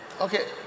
okay